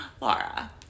laura